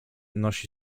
nosi